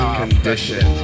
condition